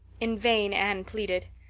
in vain anne pleaded.